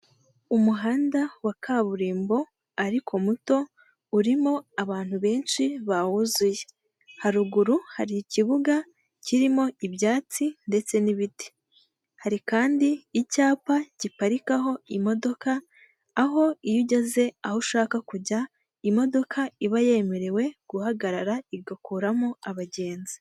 Umuhanda wa kaburimbo ariko muto, urimo abantu benshi bawuzuye. Haruguru hari ikibuga kirimo ibyatsi ndetse n'ibiti. Hari kandi icyapa giparikaho imodoka, aho iyo ugeze aho ushaka kujya, imodoka iba yemerewe guhagarara igakuramo abagenzi.